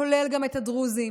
כולל את הדרוזים,